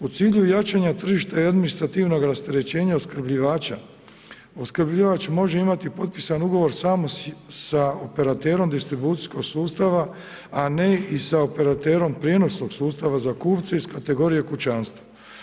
U cilju jačanja tržišta i administrativnog rasterećenje opskrbljivača, opskrbljivač može imati potpisan ugovor samo sa operaterom distribucijskog sustava, ali i ne sa operaterom prijenosnog sustava za kupce iz kategorije kućanstva.